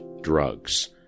drugs